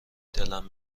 دلم